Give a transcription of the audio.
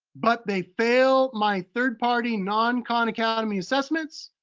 but they fail my third party, non-khan academy assessments,